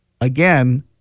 again